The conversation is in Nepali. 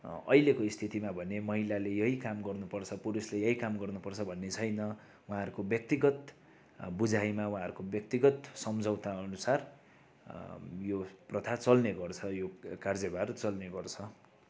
अहिलेको स्थितिमा हो भने महिलाले यही काम गर्नुपर्छ पुरुषले यही काम गर्नुपर्छ भन्ने छैन उहाँहरूको व्यक्तिगत बुझाइमा उहाँहरूको व्यक्तिगत सम्झौताअनुसार यो प्रथा चल्ने गर्छ यो कार्यभार चल्ने गर्छ